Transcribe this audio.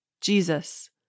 Jesus